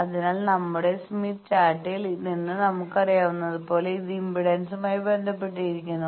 അതിനാൽ നമ്മുടെ സ്മിത്ത് ചാർട്ടിൽ നിന്ന് നമുക്കറിയാവുന്നതുപോലെ ഇത് ഇമ്പിഡൻസുമായി ബന്ധപ്പെട്ടിരിക്കുന്നു